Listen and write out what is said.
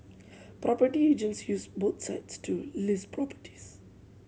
property agents use both sites to list properties